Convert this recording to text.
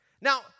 Now